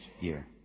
year